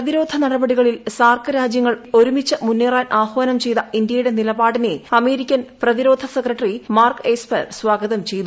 പ്രതിരോധ നടപടികളിൽ സാർക്ക് രാജ്യങ്ങൾ ഒരുമിച്ച് മുന്നേറാൻ ആഹ്വാനം ചെയ്ത്ത് ഇന്ത്യയുടെ നിലപാടിനെ അമേരിക്കൻ പ്രതിരോധ സ്പ്രിക്ട്ടറി മാർക്ക് എസ്പർ സ്വാഗതം ചെയ്തു